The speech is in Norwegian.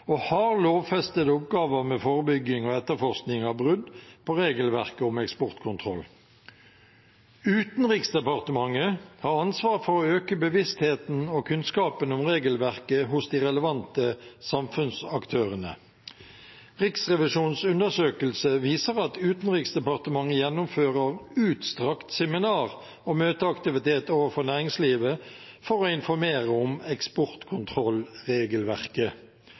lovfestede oppgaver med forebygging og etterforskning av brudd på regelverket om eksportkontroll. Utenriksdepartementet har ansvar for å øke bevisstheten og kunnskapen om regelverket hos de relevante samfunnsaktørene. Riksrevisjonens undersøkelse viser at Utenriksdepartementet gjennomfører utstrakt seminar- og møteaktivitet overfor næringslivet for å informere om eksportkontrollregelverket.